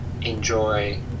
enjoy